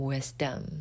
Wisdom